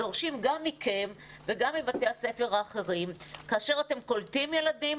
דורשים גם מכם וגם מבתי הספר האחרים כאשר אתם קולטים ילדים,